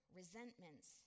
resentments